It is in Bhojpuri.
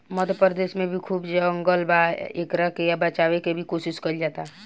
मध्य प्रदेश में भी खूब जंगल बा आ एकरा के बचावे के भी कोशिश कईल जाता